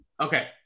Okay